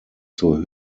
zur